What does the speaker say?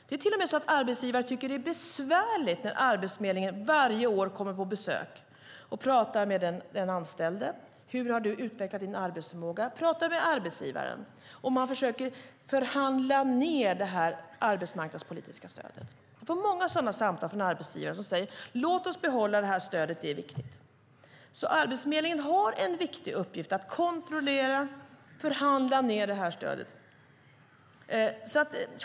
Det är till och med så att arbetsgivare tycker att det är besvärligt när Arbetsförmedlingen varje år kommer på besök och pratar med den anställde: Hur har du utvecklat din arbetsförmåga? Man pratar med arbetsgivaren. Man försöker förhandla ned det arbetsmarknadspolitiska stödet. Jag får många sådana samtal från arbetsgivare som säger: Låt oss behålla det här stödet, det är viktigt. Arbetsförmedlingen har en viktig uppgift att kontrollera och att förhandla ned det här stödet.